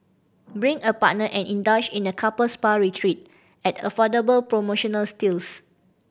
bring a partner and indulge in a couple spa retreat at affordable promotional steals